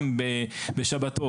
גם בשבתות,